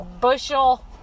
bushel